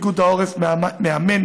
פיקוד העורף מאמן,